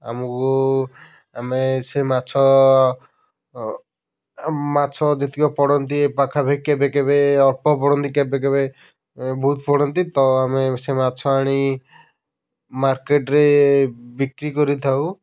ଆମକୁ ଆମେ ସେ ମାଛ ମାଛ ମାଛ ଯେତିକି ପଡ଼ନ୍ତି ପାଖାପାଖି କେବେକେବେ ଅଳ୍ପ ପଡ଼ନ୍ତି କେବକେବେ ବହୁତ ପଡ଼ନ୍ତି ତ ଆମେ ସେ ମାଛ ଆଣି ମାର୍କେଟ୍ରେ ବିକ୍ରି କରିଥାଉ